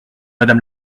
madame